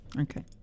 Okay